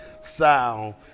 sound